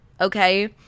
okay